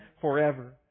forever